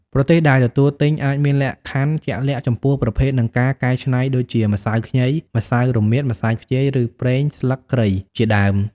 ប្រទេសដែលទទួលទិញអាចមានលក្ខខណ្ឌជាក់លាក់ចំពោះប្រភេទ និងការកែច្នៃដូចជា ម្សៅខ្ញី ម្សៅរមៀត ម្សៅខ្ជាយ ឬ ប្រេងស្លឹកគ្រៃ ជាដើម។